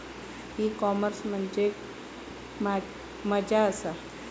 E commerce म्हणजे मझ्या आसा?